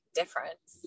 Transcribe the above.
difference